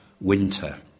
winter